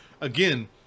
Again